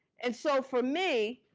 and so for me,